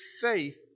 faith